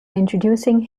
introducing